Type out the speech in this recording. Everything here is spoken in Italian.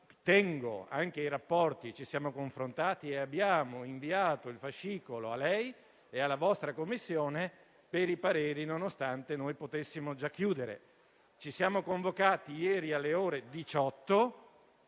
tengo ai rapporti, ci siamo confrontati e abbiamo inviato il fascicolo a lei e alla vostra Commissione per i pareri, nonostante potessimo già - ripeto -chiudere. Ci siamo convocati ieri alle ore 18